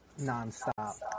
nonstop